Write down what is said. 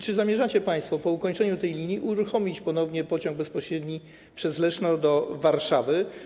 Czy zamierzacie państwo po ukończeniu tej linii uruchomić ponownie pociąg bezpośredni przez Leszno do Warszawy?